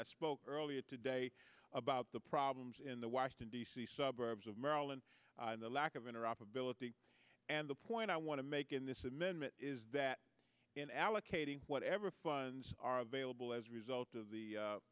i spoke earlier today about the problems in the washington d c suburbs of maryland and the lack of inner operability and the point i want to make in this amendment is that in allocating whatever funds are available as a result of the